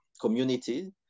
community